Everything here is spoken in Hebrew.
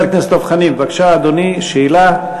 חבר הכנסת דב חנין, בבקשה, אדוני, שאלה.